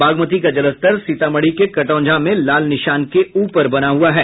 बागमती का जलस्तर सीतामढ़ी के कटौंझा में लाल निशान के ऊपर बना हुआ है